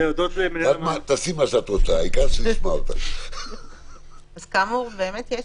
אז כאמור, באמת יש